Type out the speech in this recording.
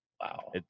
wow